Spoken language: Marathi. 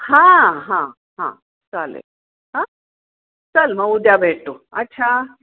हां हां हां चालेल हां चल मग उद्या भेटू अच्छा